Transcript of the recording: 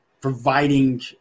providing